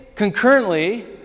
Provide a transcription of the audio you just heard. Concurrently